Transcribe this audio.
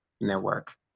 network